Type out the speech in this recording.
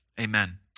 Amen